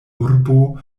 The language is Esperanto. urbo